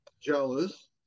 jealous